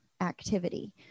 activity